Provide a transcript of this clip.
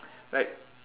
like